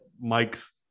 Mike's